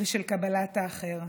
ושל קבלת האחר.